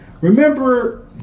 remember